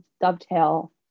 dovetail